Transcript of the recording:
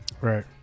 Right